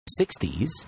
60s